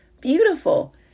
beautiful